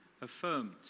Affirmed